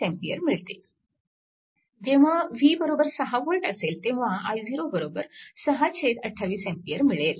जेव्हा v 6V असेल तेव्हा i0 628 A मिळेल